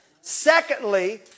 Secondly